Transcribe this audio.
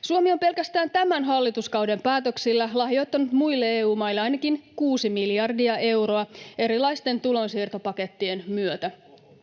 Suomi on pelkästään tämän hallituskauden päätöksillä lahjoittanut muille EU-maille ainakin kuusi miljardia euroa erilaisten tulonsiirtopakettien myötä,